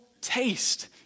taste